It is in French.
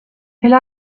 elle